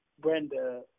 Brenda